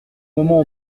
moment